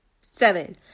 Seven